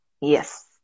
yes